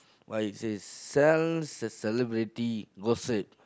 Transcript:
why it says sell ce~ celebrity gossip